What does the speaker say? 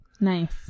Nice